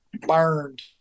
burned